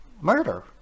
murder